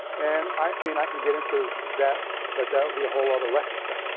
and i mean i can get into that but that will be a whole other lecture,